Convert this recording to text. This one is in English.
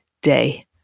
day